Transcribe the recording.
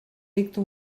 dicta